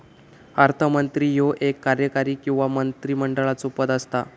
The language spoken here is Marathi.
अर्थमंत्री ह्यो एक कार्यकारी किंवा मंत्रिमंडळाचो पद असता